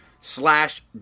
slash